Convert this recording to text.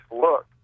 look